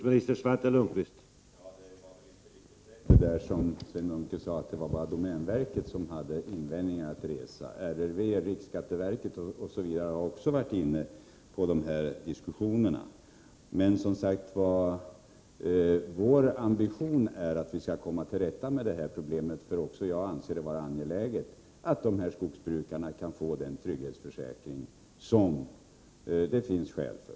Herr talman! Det var väl inte riktigt rätt, som Sven Munke sade, att det var bara domänverket som hade invändningar att resa. Riksskatteverket och andra har också varit inne på de dessa linjer. Men vår ambition är att vi skall komma till rätta med detta problem. Också jag anser nämligen att det är angeläget att de här skogsbrukarna kan få den trygghetsförsäkring som det finns skäl för.